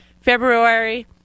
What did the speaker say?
February